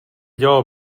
dělal